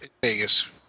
Vegas